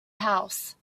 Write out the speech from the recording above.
house